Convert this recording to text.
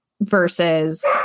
versus